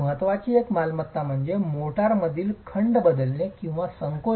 महत्त्वची आणखी एक मालमत्ता म्हणजे मोर्टारमधील खंड बदलणे किंवा संकोचन